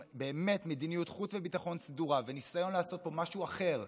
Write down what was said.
עם באמת מדיניות חוץ וביטחון סדורה וניסיון לעשות פה משהו אחר,